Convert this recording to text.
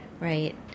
Right